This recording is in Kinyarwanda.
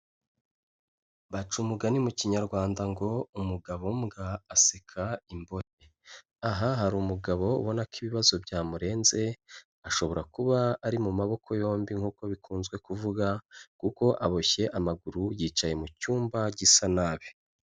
Baca umugani mu kinyarwanda ngo umugabo mbwa aseka imbohe, aha hari umugabo ubona ko ibibazo byamurenze, ashobora kuba ari mu maboko yombi nk'uko bikunze kuvugwa kuko aboshye amaguru yicaye mu cyumba gisa nabi.